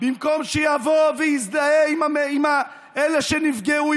במקום שיבוא ויזדהה עם אלה שנפגעו,